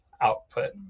output